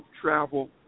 travel